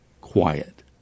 quiet